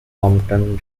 compton